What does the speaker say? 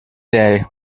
day